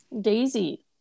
Daisy